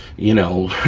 you know,